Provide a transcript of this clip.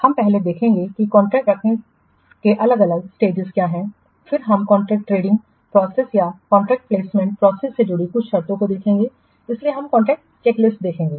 हम पहले देखेंगे कि कॉन्ट्रैक्ट रखने के अलग अलग स्टेजक्या हैं फिर हम कॉन्ट्रैक्ट टेंडरिंग प्रोसेस या कॉन्ट्रैक्ट प्लेसमेंट प्रोसेस से जुड़ी कुछ शर्तों को देखेंगे इसलिए हम कॉन्ट्रैक्ट चेक लिस्ट देखेंगे